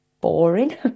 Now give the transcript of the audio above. boring